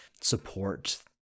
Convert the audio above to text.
support